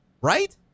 right